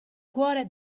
cuore